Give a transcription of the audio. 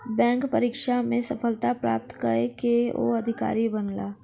bank परीक्षा में सफलता प्राप्त कय के ओ अधिकारी बनला